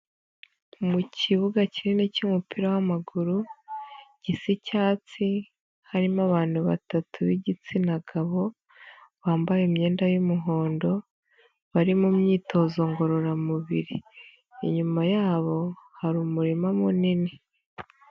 Mu kibuga kinini cy'umupira w'amaguru gisa icyatsi, harimo abantu batatu b'igitsina gabo bambaye imyenda y'umuhondo bari mu myitozo ngororamubiri, inyuma yabo hari umurima munini.